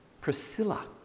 Priscilla